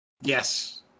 Yes